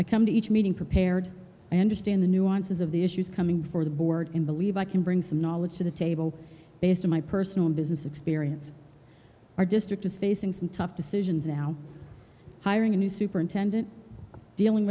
i come to each meeting prepared i understand the nuances of the issues coming before the board in believe i can bring some knowledge to the table based on my personal and business experience our district is facing some tough decisions now hiring a new superintendent dealing